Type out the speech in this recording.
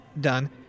Done